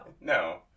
no